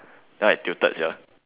then I tilted sia